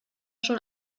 schon